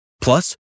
Plus